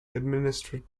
administered